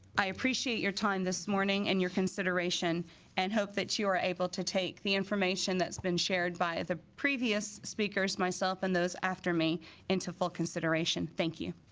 i appreciate your time this morning and your consideration and hope that you are able to take the information that's been shared by the previous speakers myself and those after me into full consideration thank you